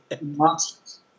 Monsters